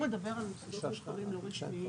הוא מדבר על מוסדות מוכרים לא רשמיים,